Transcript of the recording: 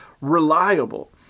reliable